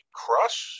crush